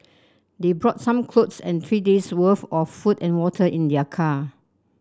they brought some clothes and three days' worth of food and water in their car